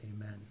amen